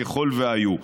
ככל שהיו.